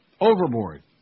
Overboard